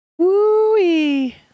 Wooey